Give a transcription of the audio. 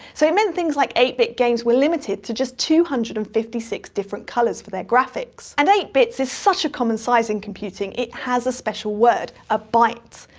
so it meant things like eight bit games were limited to two hundred and fifty six different colors for their graphics. and eight bits is such a common size in computing, it has a special word a byte.